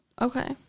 Okay